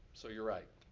so you're right.